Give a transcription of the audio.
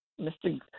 Mr